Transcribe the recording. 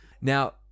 Now